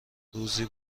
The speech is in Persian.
روزی